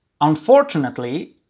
Unfortunately